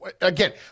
Again